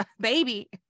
Baby